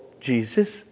Jesus